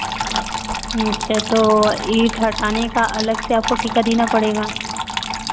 अच्छा तो ईंट हटाने का अलग से आपको ठेका देना पड़ेगा